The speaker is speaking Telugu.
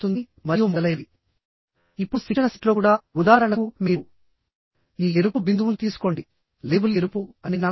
చైన్ బోల్ట్టింగ్ వాడినప్పుడు నెట్ ఏరియా ని ఈ క్రింది ఫార్ములా నుండి కనుక్కోవాలి